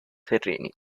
terreni